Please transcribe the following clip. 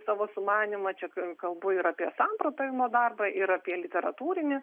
savo sumanymą čia kalbu ir apie samprotavimo darbą ir apie literatūrinį